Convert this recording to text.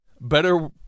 better